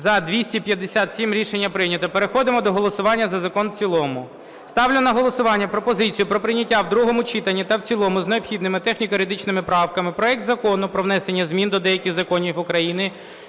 За-257 Рішення прийнято. Переходимо до голосування за закон в цілому. Ставлю на голосування пропозицію про прийняття в другому читанні та в цілому з необхідними техніко-юридичними правками проект Закону про внесення змін до деяких законів України